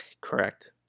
Correct